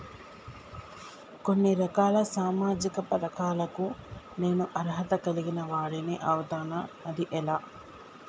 కొన్ని రకాల సామాజిక పథకాలకు నేను అర్హత కలిగిన వాడిని అవుతానా? అది ఎలా?